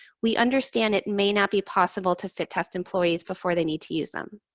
we understand it may not be possible to fit test employees before they need to use them.